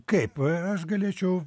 kaip a aš galėčiau